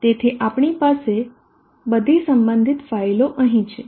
તેથી આપણી પાસે બધી સંબંધિત ફાઇલો અહીં છે